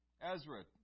Ezra